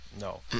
No